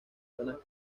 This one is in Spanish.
zonas